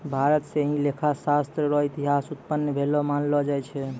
भारत स ही लेखा शास्त्र र इतिहास उत्पन्न भेलो मानलो जाय छै